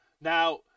Now